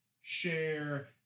share